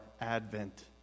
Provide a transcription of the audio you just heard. Advent